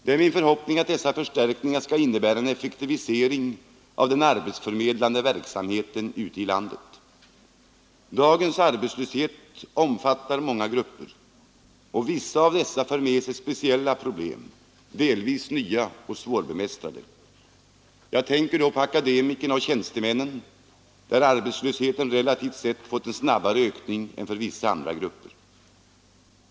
Det är min förhoppning att dessa förstärkningar skall innebära en effektivisering av den arbetsförmedlande verksamheten ute i landet. Dagens arbetslöshet omfattar många grupper, och vissa av dessa för med sig speciella problem — delvis nya och svårbemästrade. Jag tänker då på akademikerna och tjänstemännen; för dem har arbetslösheten relativt sett fått en snabbare ökning än för vissa andra grupper.